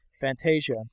Fantasia